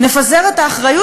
נפזר את האחריות?